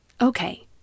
Okay